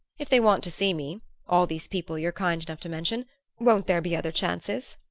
if they want to see me all these people you're kind enough to mention won't there be other chances?